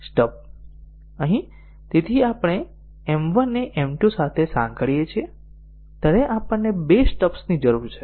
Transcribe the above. જ્યારે આપણે M 1 ને M 2 સાથે સાંકળીએ છીએ ત્યારે આપણને બે સ્ટબ્સની જરૂર છે